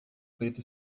preto